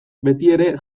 betiere